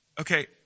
Okay